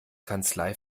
kanzlei